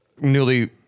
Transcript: newly